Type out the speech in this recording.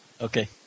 Okay